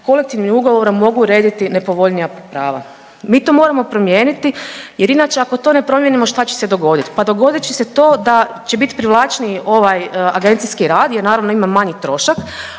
kolektivnim ugovorom mogu urediti nepovoljnija prava. Mi to moramo promijeniti jer inače ako to ne promijenimo šta će se dogoditi, pa dogodit će se to da će biti privlačniji ovaj agencijski rad jer naravno ima manji trošak,